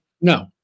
No